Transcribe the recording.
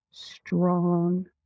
Strong